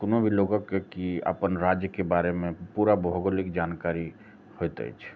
कोनो भी लोगके की अपन राज्यके बारेमे पूरा भौगोलिक जानकारी होइत अछि